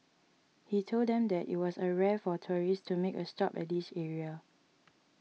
he told them that it was a rare for tourists to make a stop at this area